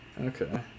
Okay